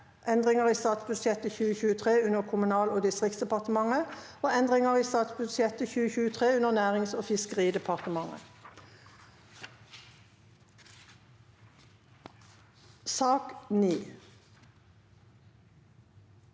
Endringar i statsbudsjettet 2023 under Kommunal- og distriktsdepartementet og Endringar i statsbudsjettet 2023 under Nærings- og fiske- ridepartementet (Innst.